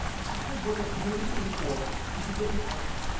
because what their paying you for is to get the outcome.